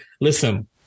Listen